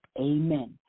Amen